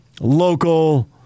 local